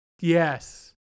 Yes